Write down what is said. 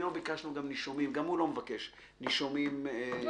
גם לא ביקשנו נישומים וגם הוא לא מבקש נישומים פרטניים.